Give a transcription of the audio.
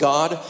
God